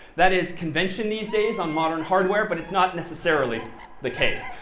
that is convention these days on modern hardware. but it's not necessarily the case.